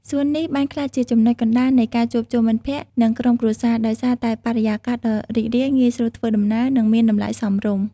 សួននេះបានក្លាយជាចំណុចកណ្ដាលនៃការជួបជុំមិត្តភក្ដិ និងក្រុមគ្រួសារ ដោយសារតែបរិយាកាសដ៏រីករាយ ងាយស្រួលធ្វើដំណើរ និងមានតម្លៃសមរម្យ។